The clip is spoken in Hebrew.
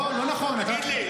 לא, לא, תגיד לי אתה.